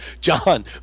John